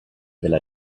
della